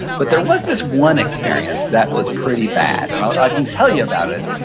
but there was this one experience that was pretty bad, and i can tell you about it,